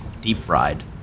deep-fried